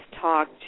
talk